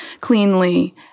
cleanly